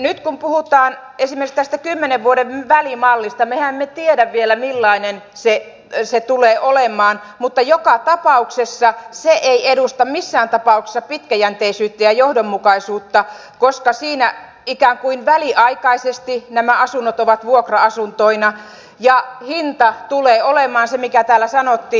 nyt kun puhutaan esimerkiksi tästä kymmenen vuoden välimallista niin mehän emme tiedä vielä millainen se tulee olemaan mutta se ei edusta missään tapauksessa pitkäjänteisyyttä ja johdonmukaisuutta koska siinä ikään kuin väliaikaisesti nämä asunnot ovat vuokra asuntoina ja hinta tulee olemaan se mitä täällä sanottiin